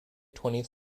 twentieth